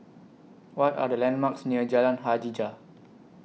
What Are The landmarks near Jalan Hajijah